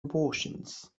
abortions